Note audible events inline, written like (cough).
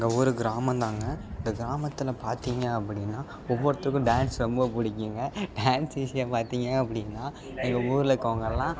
எங்கள் ஊர் கிராமந்தாங்க இந்த கிராமத்தில் பார்த்திங்க அப்படின்னா ஒவ்வொருத்தருக்கும் டான்ஸ் ரொம்ப புடிக்கும்ங்க டான்ஸ் (unintelligible) பார்த்திங்க அப்படின்னா எங்கள் ஊரில் இருக்கறவங்கள்லாம்